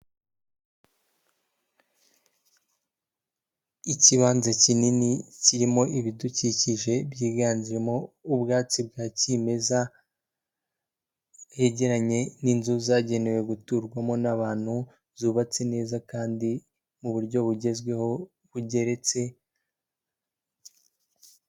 Ikibanza kinini kirimo ibidukikije byiganjemo ubwatsi bwa kimeza, hegeranye n'inzu zagenewe guturwamo n'abantu, zubatse neza kandi mu buryo bugezweho bugeretse.